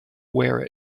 wear